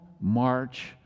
march